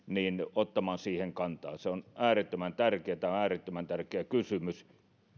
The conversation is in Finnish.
ottamaan siihen kantaa se on äärettömän tärkeätä tämä on äärettömän tärkeä kysymys